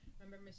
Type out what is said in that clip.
Remember